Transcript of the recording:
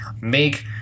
make